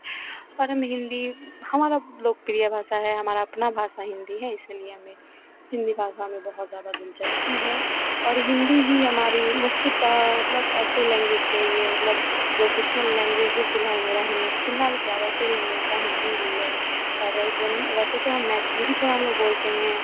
और हम हिन्दी हमारा लोकप्रिय भाषा है हमारा अपना भाषा हिन्दी है इसीलिए हमें हिन्दी भाषा में बहुत ज़्यादा दिलचस्पी है और हिन्दी ही हमारी मुख्यतः मतलब ऐसे लैंग्वेज कहिए मतलब प्रोफेशनल लैंग्वेज में फ़िलहाल मेरा हिन्द फिलहाल क्या वैसे भी हम लोगों का हिन्दी ही है और जन वैसे तो हम मैथिली भी थोड़ा हम लोग बोलते हैं